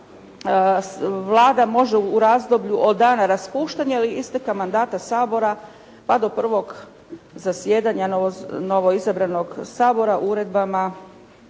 Vlada može u razdoblju od dana raspuštanja ili isteka mandata Sabora, pa do prvog zasjedanja novoizabranog Sabora uredbama